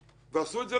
ועשו את זה לא רע.